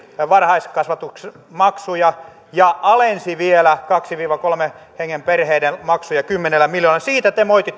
varhaiskasvatusmaksuja ja alensi vielä kahden viiva kolmen hengen perheiden maksuja kymmenellä miljoonalla siitä te moititte